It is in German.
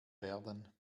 werden